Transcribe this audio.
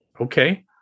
Okay